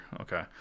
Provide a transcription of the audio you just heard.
Okay